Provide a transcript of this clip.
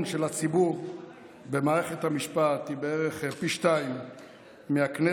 של הציבור במערכת המשפט הוא בערך פי שניים מהכנסת,